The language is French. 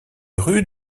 rue